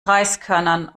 reiskörnern